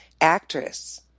actress